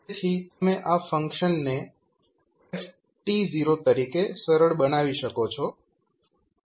તેથી તમે આ ફંકશનને f તરીકે સરળ બનાવી શકો છો